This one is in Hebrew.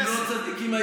אתם לא הייתם צדיקים אז,